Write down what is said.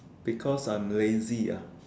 because I'm lazy ah